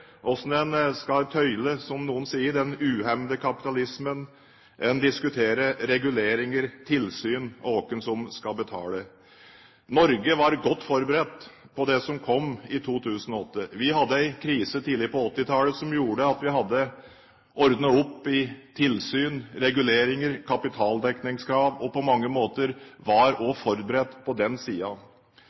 en skal tøyle – som noen sier – den uhemmede kapitalismen. En diskuterer reguleringer, tilsyn og hvem som skal betale. Norge var godt forberedt på det som kom i 2008. Vi hadde en krise tidlig på 1980-tallet som gjorde at vi hadde ordnet opp i tilsyn, reguleringer, kapitaldekningskrav – og på mange måter var forberedt på den